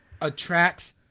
attracts